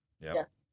Yes